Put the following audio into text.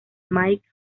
mike